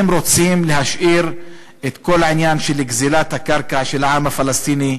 הם רוצים להשאיר את כל העניין של גזלת הקרקע של העם הפלסטיני,